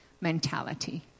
mentality